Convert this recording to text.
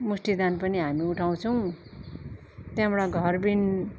मुष्ठी दान पनि हामी उठाउँछौँ त्यहाँबाट घरबिहिन